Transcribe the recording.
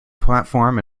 platform